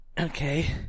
Okay